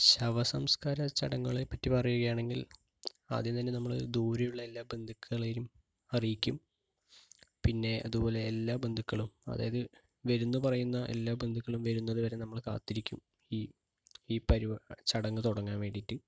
ശവസംസ്കാര ചടങ്ങുകളെപ്പറ്റി പറയുകയാണെങ്കിൽ ആദ്യം തന്നെ നമ്മൾ ദൂരെയുള്ള എല്ലാ ബന്ധുക്കളെയും അറിയിക്കും പിന്നെ അതുപോലെ എല്ലാ ബന്ധുക്കളും അതായത് വരുമെന്ന് പറയുന്ന എല്ലാ ബന്ധുക്കളും വരുന്നത് വരെ നമ്മൾ കാത്തിരിക്കും ഈ ഈ ചടങ്ങ് തുടങ്ങാൻ വേണ്ടിയിട്ട്